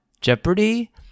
Jeopardy